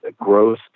growth